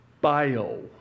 bio